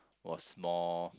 was more